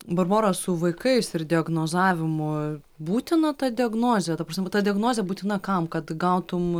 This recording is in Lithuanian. barbora su vaikais ir diagnozavimu būtina ta diagnozė ta prasme va ta diagnozė būtina kam kad gautum